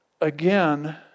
again